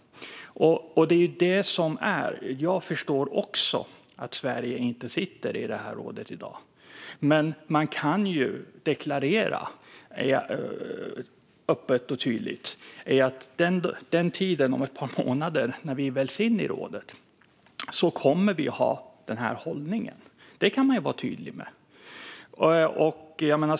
Jag förstår också att Sverige inte sitter i det här rådet i dag. Men vad man kan deklarera öppet och tydligt är att vi, när vi väljs in i rådet om ett par månader, kommer att ha den här hållningen - det kan man vara tydlig med.